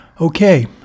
Okay